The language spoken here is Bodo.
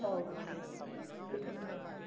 औ बेफोर